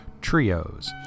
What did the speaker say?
Trios